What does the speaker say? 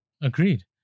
agreed